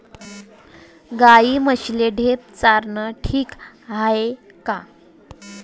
गाई म्हशीले ढेप चारनं ठीक हाये का?